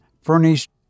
Furnished